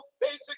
basic